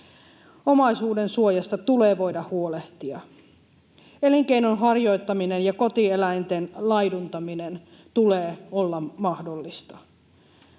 Omaisuudensuojasta tulee voida huolehtia. Elinkeinon harjoittamisen ja kotieläinten laiduntamisen tulee olla mahdollista.